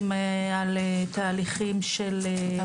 כשכירות, להיות